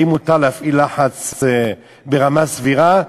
אם מותר להפעיל לחץ ברמה סבירה,